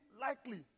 likely